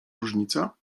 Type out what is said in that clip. różnica